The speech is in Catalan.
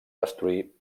destruir